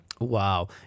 Wow